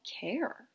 care